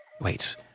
Wait